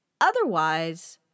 Otherwise